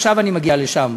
עכשיו אני מגיע לשם,